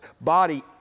Body